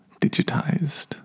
digitized